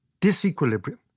disequilibrium